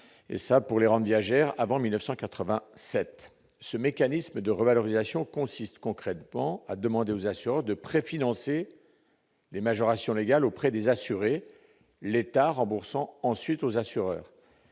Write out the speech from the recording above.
et ça pour les rentes viagères avant 1980 cette ce mécanisme de revalorisation consiste concrètement à demander aux assureurs de préfinancer les majorations légales auprès des assurés, l'État remboursant ensuite aux assureurs